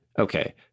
okay